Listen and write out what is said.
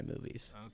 movies